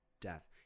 death